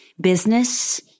business